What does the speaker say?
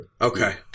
Okay